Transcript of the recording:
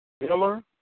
Miller